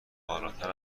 بالاتر